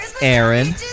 Aaron